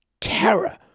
terror